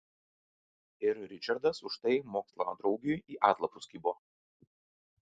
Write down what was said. ir ričardas už tai moksladraugiui į atlapus kibo